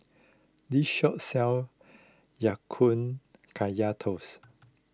this shop sells Ya Kun Kaya Toast